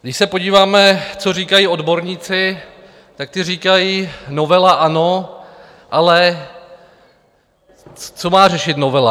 Když se podíváme, co říkají odborníci, tak ti říkají: Novela ano, ale co má řešit novela?